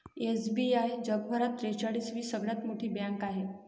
SBI जगभरात त्रेचाळीस वी सगळ्यात मोठी बँक आहे